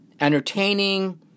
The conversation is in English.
Entertaining